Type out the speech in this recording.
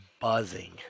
buzzing